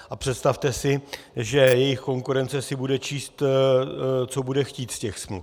A představte si, že jejich konkurence si bude číst, co bude chtít, z těch smluv.